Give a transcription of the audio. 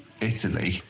Italy